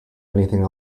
anything